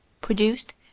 produced